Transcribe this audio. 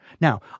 Now